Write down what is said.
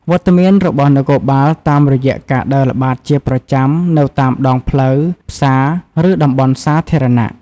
វត្តមានរបស់នគរបាលតាមរយៈការដើរល្បាតជាប្រចាំ នៅតាមដងផ្លូវ ផ្សារ ឬតំបន់សាធារណៈ។